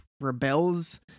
rebels